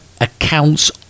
accounts